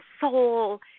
soul